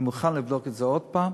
אני מוכן לבדוק את זה עוד הפעם,